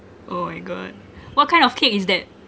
oh my god what kind of cake is that